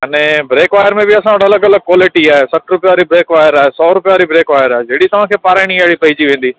अ ने ब्रेक वारे में बि असां वटि अलॻि अलॻि क्वालिटी आहे सठ रुपए वारी ब्रेक वायर आहे सौ रुपए वारी ब्रेक वायर आहे जहिड़ी तव्हांखे पाराइणी आहे ही पइजी वेंदी